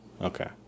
Okay